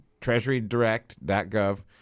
treasurydirect.gov